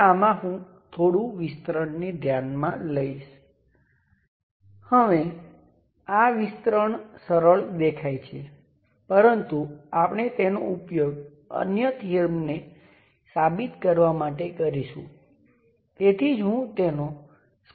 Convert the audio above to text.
તે બે જોડી ટર્મિનલ તરીકે ગણી શકાય કારણ કે તમારી પાસે ટર્મિનલની જોડી છે જેના પર તમે વોલ્ટેજ લાગુ કરો છો અથવા તમે કરંટ લાગુ કરી શકો છો